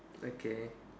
okay